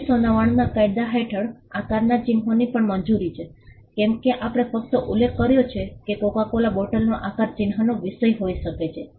1999 ના કાયદા હેઠળ આકારના ચિન્હોની પણ મંજૂરી છે કેમ કે આપણે ફક્ત ઉલ્લેખ કર્યો છે કે કોકા કોલા બોટલનો આકાર ચિહ્નનો વિષય હોઈ શકે છે